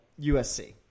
USC